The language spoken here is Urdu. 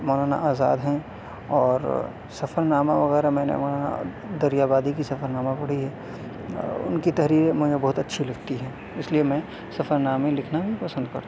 مولانا آزاد ہیں اور سفر نامہ وغیرہ میں نے وہاں دریا بادی کی سفر نامہ پڑھی ہے ان کی تحریریں مجھے بہت اچھی لگتی ہے اس لیے میں سفر نامے لکھنا بھی پسند کر